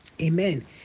Amen